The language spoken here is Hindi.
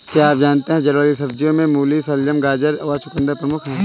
क्या आप जानते है जड़ वाली सब्जियों में मूली, शलगम, गाजर व चकुंदर प्रमुख है?